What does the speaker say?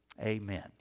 Amen